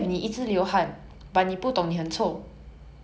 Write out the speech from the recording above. then prevention deodorant